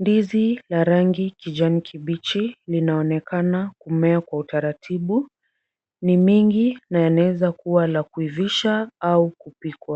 ndizi ya rangi kijani kibichi linaonekana kume kwa utaratibu. Ni mingi na yanaweza kuwa la kuivisha au kupikwa.